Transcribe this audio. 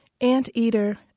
Ant-Eater